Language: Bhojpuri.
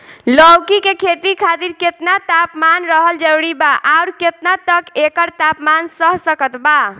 लौकी के खेती खातिर केतना तापमान रहल जरूरी बा आउर केतना तक एकर तापमान सह सकत बा?